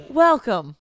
Welcome